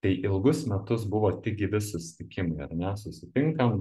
tai ilgus metus buvo tik gyvi susitikimai ar ne susitinkam